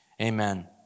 amen